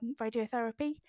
radiotherapy